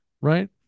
right